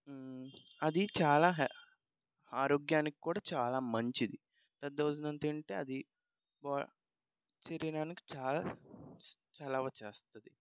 అది చాలా హె ఆరోగ్యానికి కూడా చాలా మంచిది దద్దోజనం తింటే అది బ శరీరానికి చాలా చలవ చేస్తుంది